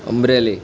Amreli